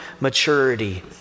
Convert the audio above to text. maturity